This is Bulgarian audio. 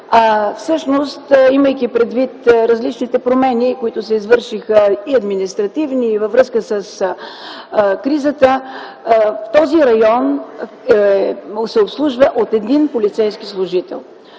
Всъщност, имайки предвид различните промени, които се извършиха – и административни, и във връзка с кризата, този район се обслужва от един полицейски служител.